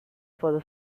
for